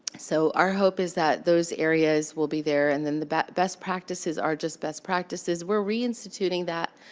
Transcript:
so, our hope is that those areas will be there. and then the best best practices are just best practices we're reinstituting that,